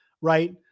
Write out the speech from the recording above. right